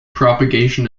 propagation